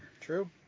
true